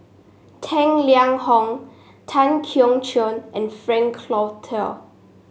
Tang Liang Hong Tan Keong Choon and Frank Cloutier